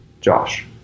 Josh